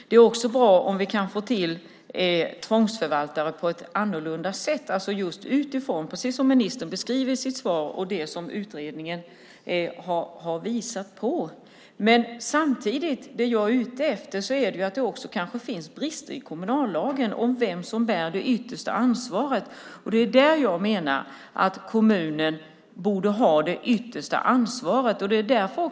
Det är också bra om vi kan få tvångsförvaltare på ett annorlunda sätt, precis som ministern skriver i sitt svar och som utredningen har visat på. Samtidigt finns det kanske brister i kommunallagen om vem som bär det yttersta ansvaret. Jag menar att kommunen borde ha det yttersta ansvaret.